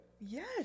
Yes